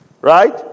Right